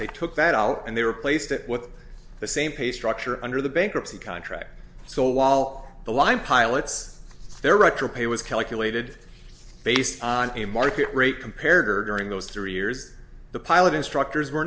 they took that out and they were placed it with the same pay structure under the bankruptcy contract so all the line pilots their retro pay was calculated based on a market rate compared or during those three years the pilot instructors were